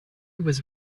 was